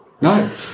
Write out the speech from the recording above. no